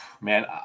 Man